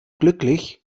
glücklich